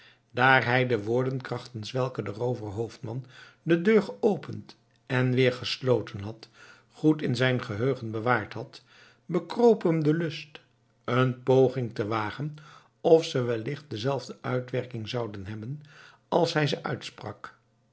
daar hij de woorden krachtens welke de rooverhoofdman de deur geopend en weer gesloten had goed in zijn geheugen bewaard had bekroop hem de lust een poging te wagen of ze wellicht dezelfde uitwerking zouden hebben als hij ze uitsprak